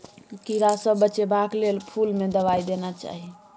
कीड़ा सँ बचेबाक लेल फुल में दवाई देना चाही